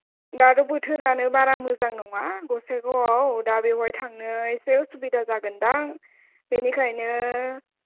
दाथ' बोथोरानो बारा मोजां नङा गसाइगावआव दा बेवहाय थांनो एसे उसुबिदा जागोन दां बेनिखायनो